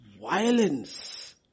violence